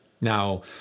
Now